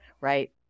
right